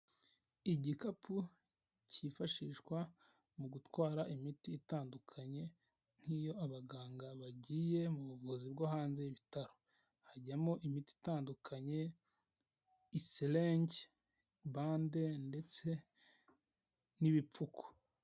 Igikapu cyifashishwa mu gutwara imiti itandukanye nk'iyo abaganga bagiye mu buvuzi bwo hanze y'ibitaro hajyamo imiti itandukanye iserenge, bande ndetse n'ibipfuko.